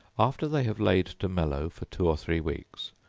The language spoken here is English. after they have laid to mellow for two or three weeks,